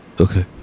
Okay